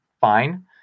fine